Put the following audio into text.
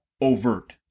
overt